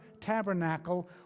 tabernacle